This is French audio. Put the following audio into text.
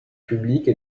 publique